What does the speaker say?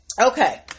Okay